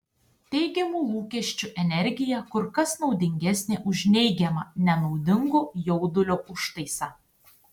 teigiamų lūkesčių energija kur kas naudingesnė už neigiamą nenaudingo jaudulio užtaisą